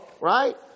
right